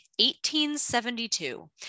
1872